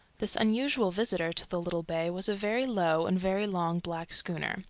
this unusual visitor to the little bay was a very low and very long, black schooner,